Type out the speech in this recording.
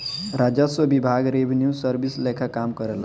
राजस्व विभाग revenue service लेखा काम करेला